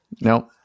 No